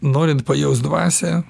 norint pajaust dvasią